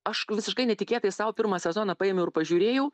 aš visiškai netikėtai sau pirmą sezoną paėmiau ir pažiūrėjau